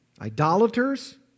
Idolaters